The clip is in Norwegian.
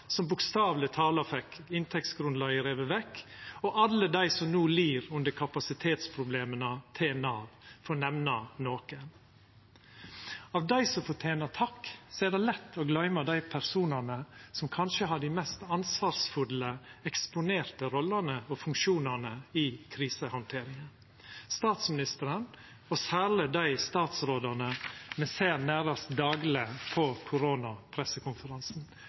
som bokstaveleg tala fekk inntektsgrunnlaget rive vekk, og alle dei som no lir under kapasitetsproblema til Nav, for å nemna nokon. Av dei som fortenar takk, er det lett å gløyma dei personane som kanskje har dei mest ansvarsfulle, eksponerte rollene og funksjonane i krisehandteringa: statsministeren og særleg dei statsrådane me ser nærast dagleg på koronapressekonferansen